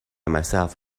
myself